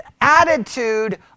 attitude